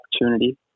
opportunity